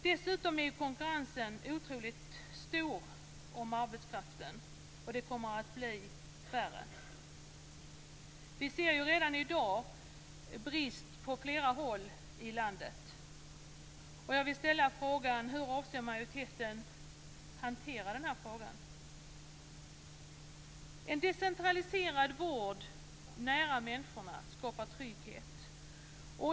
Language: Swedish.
Dessutom är konkurrensen om arbetskraften otroligt stor, och den kommer att bli värre. Vi ser ju redan i dag att det finns brist på flera håll i landet. Jag vill ställa frågan: Hur avser majoriteten hantera denna fråga? En decentraliserad vård nära människorna skapar trygghet.